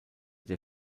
der